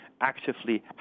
actively